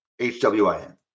HWIN